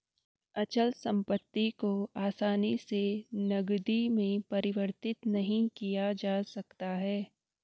अचल संपत्ति को आसानी से नगदी में परिवर्तित नहीं किया जा सकता है